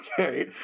Okay